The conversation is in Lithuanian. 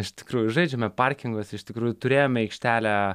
iš tikrųjų žaidžiame parkinguose iš tikrųjų turėjome aikštelę